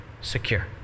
secure